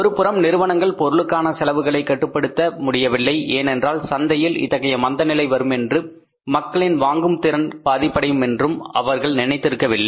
ஒருபுறம் நிறுவனங்கள் பொருளுக்கான செலவுகளை கட்டுப்படுத்த முடியவில்லை ஏனென்றால் சந்தையில் இத்தகைய மந்தநிலை வரும் என்றும் மக்களின் வாங்கும் திறன் பாதிப்படையும் என்றும் அவர்கள் நினைத்திருக்கவில்லை